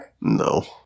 No